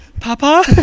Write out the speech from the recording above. Papa